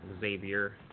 Xavier